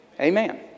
Amen